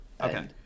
okay